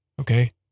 okay